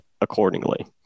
accordingly